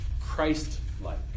christ-like